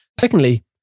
Secondly